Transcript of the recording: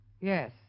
Yes